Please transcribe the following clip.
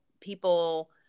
people